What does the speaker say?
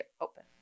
open